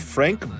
Frank